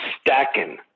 stacking